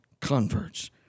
converts